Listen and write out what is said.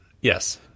Yes